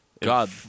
God